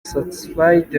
certified